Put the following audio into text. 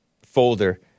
folder